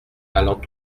allant